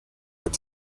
its